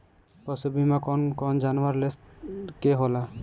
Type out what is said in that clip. पशु बीमा कौन कौन जानवर के होला?